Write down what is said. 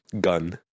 Gun